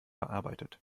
verarbeitet